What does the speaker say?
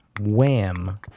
Wham